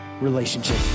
relationship